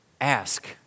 ask